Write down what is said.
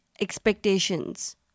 expectations